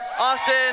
Austin